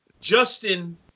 Justin